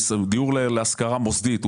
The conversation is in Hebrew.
דיור להשכרה מוסדית,